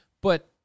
But-